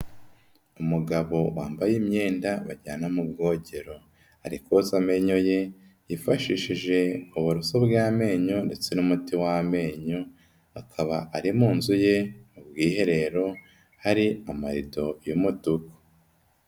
Umugabo wambaye imyenda bajyana mu bwogero ari koza amenyo ye yifashishije uburoso bw'amenyo ndetse n'umuti w'amenyo, akaba ari mu nzu ye mu bwiherero hari amarido y'umutuku.